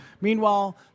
Meanwhile